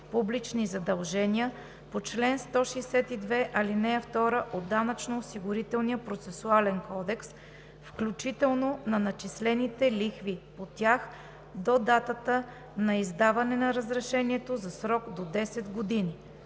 публични задължения по чл. 162, ал. 2 от Данъчно-осигурителния процесуален кодекс, включително на начислените лихви по тях до датата на издаване на разрешението, за срок до 10 години.